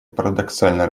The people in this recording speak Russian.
парадоксально